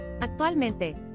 Actualmente